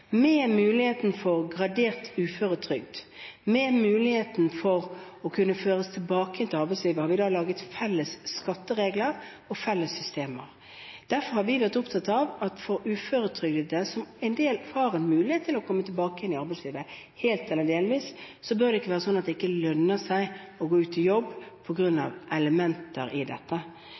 med mulighet for gradert uføretrygd, med mulighet for å kunne føres tilbake igjen til arbeidslivet. Vi har laget felles skatteregler og felles systemer. Derfor har vi vært opptatt av at for uføretrygdede – en del har en mulighet til å komme tilbake igjen til arbeidslivet, helt eller delvis – bør det ikke være slik at det ikke lønner seg å gå ut i jobb på grunn av elementer i dette.